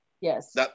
Yes